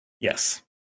Yes